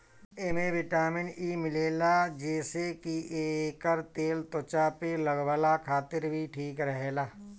एमे vitamin E मिलेला जेसे की एकर तेल त्वचा पे लगवला खातिर भी ठीक रहेला